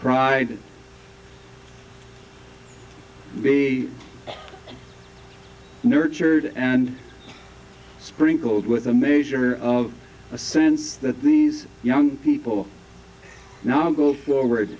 pride be nurtured and sprinkled with a measure of a sense that these young people now go forward